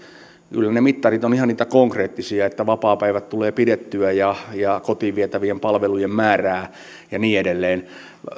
kyllä ne mittarit ovat ihan niitä konkreettisia että vapaapäivät tulee pidettyä ja ja kotiin vietävien palvelujen määrää ja niin edelleen